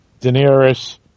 Daenerys